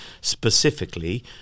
specifically